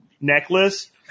necklace